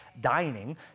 dining